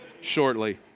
shortly